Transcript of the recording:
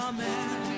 Amen